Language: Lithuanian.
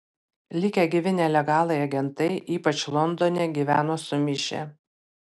likę gyvi nelegalai agentai ypač londone gyveno sumišę